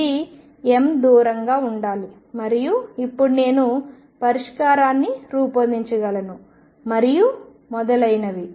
ఇది m దూరంగా ఉండాలి మరియు ఇప్పుడు నేను పరిష్కారాన్ని రూపొందించగలను మరియు మొదలైనవి